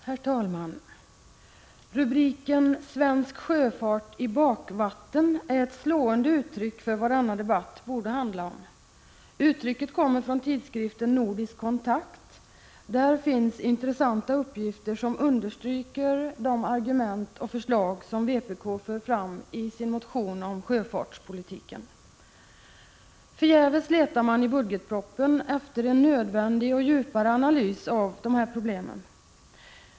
Herr talman! Rubriken Svensk sjöfart i bakvatten är ett slående uttryck för vad denna debatt borde handla om. Uttrycket kommer från tidskriften Nordisk Kontakt. Där finns intressanta uppgifter som understryker de argument och förslag som vpk för fram i sin motion om sjöfartspolitiken. Förgäves letar man i budgetpropositionen efter en nödvändig och djupare analys av de här problemen.